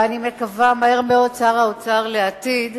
ואני מקווה שמהר מאוד שר האוצר לעתיד,